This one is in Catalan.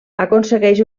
aconsegueix